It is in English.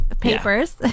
Papers